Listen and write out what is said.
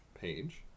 page